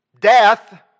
death